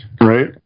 Right